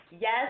Yes